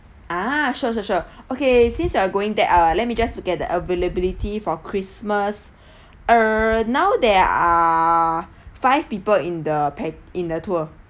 ah sure sure sure okay since you are going that ah let me just to get the availability for christmas err now there are five people in the pack~ in the tour